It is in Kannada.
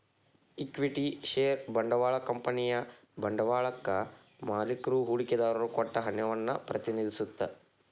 ಇಕ್ವಿಟಿ ಷೇರ ಬಂಡವಾಳ ಕಂಪನಿಯ ಬಂಡವಾಳಕ್ಕಾ ಮಾಲಿಕ್ರು ಹೂಡಿಕೆದಾರರು ಕೊಟ್ಟ ಹಣವನ್ನ ಪ್ರತಿನಿಧಿಸತ್ತ